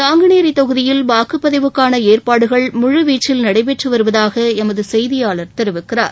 நாங்குநேரி தொகுதியில் வாக்குப்பதிவுக்கான ஏற்பாடுகள் முழுவீச்சில் நடைபெற்று வருவதூக எமது செய்தியாளர் தெரிவிக்கிறார்